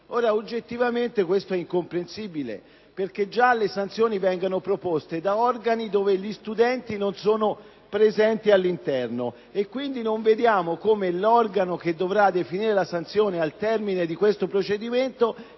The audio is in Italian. è oggettivamente incomprensibile, perché già le sanzioni vengono proposte da organi al cui interno gli studenti non sono presenti e - quindi - non capiamo perché l'organo che dovrà definire la sanzione al termine di questo procedimento